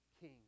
king